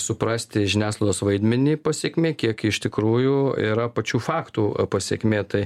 suprasti žiniasklaidos vaidmenį pasekmė kiek iš tikrųjų yra pačių faktų pasekmė tai